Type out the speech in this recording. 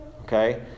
Okay